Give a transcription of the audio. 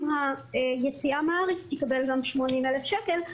עם היציאה מהארץ היא תקבל גם 80,000 שקל.